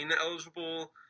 eligible